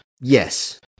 Yes